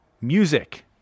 music